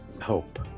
hope